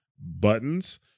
buttons